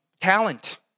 talent